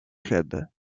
clubs